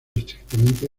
estrictamente